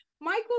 michael